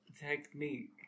technique